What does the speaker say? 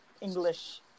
English